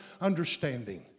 understanding